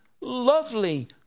lovely